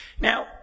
Now